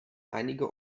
einige